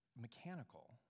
mechanical